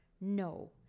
No